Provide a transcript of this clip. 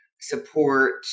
support